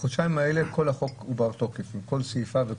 בחודשיים האלה כל החוק הוא בר תוקף, על כל סעיפיו?